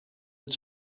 het